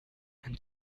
and